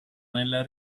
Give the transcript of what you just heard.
nella